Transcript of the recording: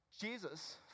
Jesus